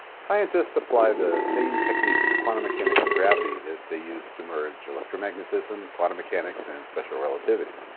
scientists apply the same techniques to quantum mechanics and gravity that they used to merge electromagnetism, quantum mechanics, and special relativity.